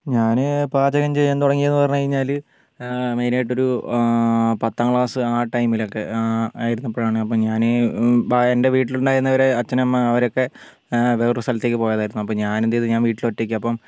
ഞാൻ പാചകം ചെയ്യാൻ തുടങ്ങിയത് എന്ന് പറഞ്ഞുകഴിഞ്ഞാൽ മെയിനായിട്ടൊരു പത്താം ക്ലാസ്സ് ആ ടൈമിലൊക്കെ ആയിരുന്നപ്പോഴാണ് അപ്പോൾ ഞാൻ എന്റെ വീട്ടിലിണ്ടായിരുന്നവരെ അച്ഛനമ്മ അവരൊക്കെ വേറൊരു സ്ഥലത്തേക്ക് പോയതായിരുന്നു അപ്പോൾ ഞാനെന്ത് ചെയ്തു ഞാൻ വീട്ടിൽ ഒറ്റക്കാണ് അപ്പം